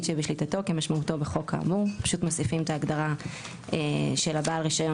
שבשליטתו כמשמעותו בחוק האמור;"; פשוט מוסיפים את ההגדרה של בעל הרישיון